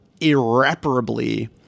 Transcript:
irreparably